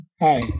Hi